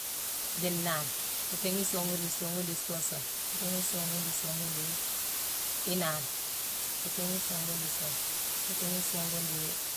Dii nnaane, itééghi songune dii songune dii suune sune, itééghi songune dii songune dii inaane, itééghi songune dii suune, itééghi songune dii.